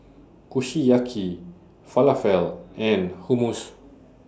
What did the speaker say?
Kushiyaki Falafel and Hummus